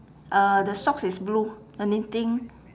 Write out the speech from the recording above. uh the socks is blue anything